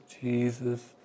Jesus